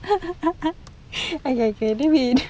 okay okay then we